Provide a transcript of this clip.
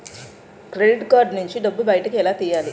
Credit card నుంచి డబ్బు బయటకు ఎలా తెయ్యలి?